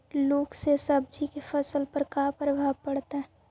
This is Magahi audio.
लुक से सब्जी के फसल पर का परभाव पड़तै?